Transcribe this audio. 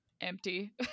Empty